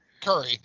Curry